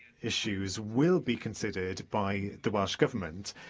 issues will be considered by the welsh government.